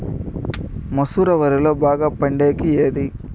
మసూర వరిలో బాగా పండేకి ఏది?